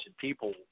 people